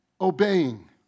obeying